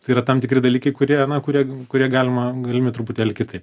tai yra tam tikri dalykai kurie na kurie kurie galima galimi truputėlį kitaip